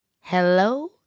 Hello